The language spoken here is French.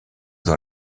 dans